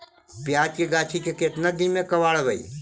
प्याज के गाछि के केतना दिन में कबाड़बै?